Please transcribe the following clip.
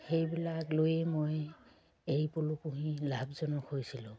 সেইবিলাক লৈয়ে মই এৰী পলু পুহি লাভজনক হৈছিলোঁ